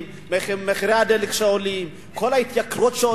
ובמחירי הדלק שעולים ובכל ההתייקרויות.